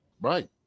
Right